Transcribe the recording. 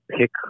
pick